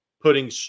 putting